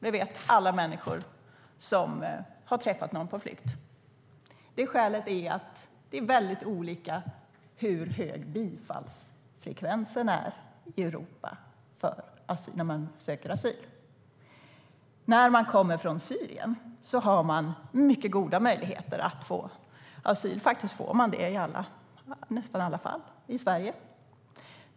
Det vet alla människor som har träffat någon på flykt. Det skälet är att bifallsfrekvensen är väldigt olika i Europa när man söker asyl. Om man kommer från Syrien har man mycket goda möjligheter att få asyl. Man får det i nästan alla fall i Sverige.